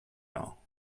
now